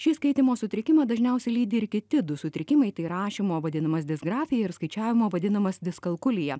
šį skaitymo sutrikimą dažniausia lydi ir kiti du sutrikimai tai rašymo vadinamas disgrafija ir skaičiavimo vadinamas diskalkulija